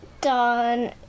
done